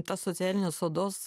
ta socialinės odos